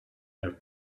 have